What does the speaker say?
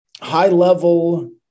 high-level